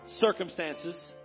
circumstances